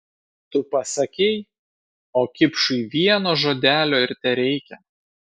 tu pasakei o kipšui vieno žodelio ir tereikia